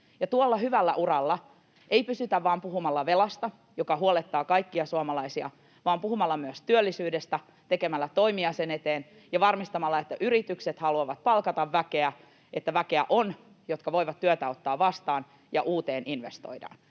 tuolla hyvällä uralla ei pysytä vain puhumalla velasta, joka huolettaa kaikkia suomalaisia, vaan puhumalla myös työllisyydestä, tekemällä toimia sen eteen ja varmistamalla, että yritykset haluavat palkata väkeä, että on väkeä, joka voi työtä ottaa vastaan, ja että uuteen investoidaan.